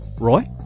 Roy